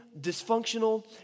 dysfunctional